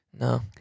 No